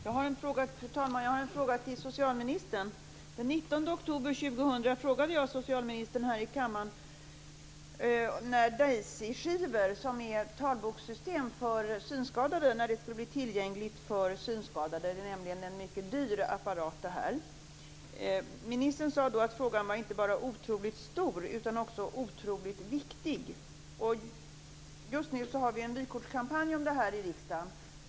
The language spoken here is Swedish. Fru talman! Jag har en fråga till socialministern. Den 19 oktober 2000 frågade jag socialministern här i kammaren när Daisy-skivor, som är talbokssystem för synskadade, skulle bli tillgängliga för synskadade. Det är nämligen en mycket dyr apparat. Ministern sade då att frågan inte bara var otroligt stor utan också otroligt viktig. Just nu har vi en vykortskampanj om det här i riksdagen.